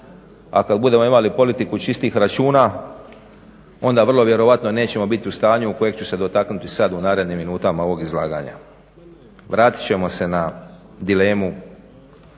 a kad budemo imali politiku čistih računa onda vrlo vjerojatno nećemo biti u stanju kojeg ću se dotaknuti sad u narednim minutama ovog izlaganja. Vratit ćemo se na dilemu